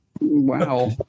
wow